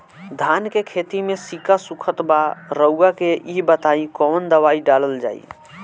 धान के खेती में सिक्का सुखत बा रउआ के ई बताईं कवन दवाइ डालल जाई?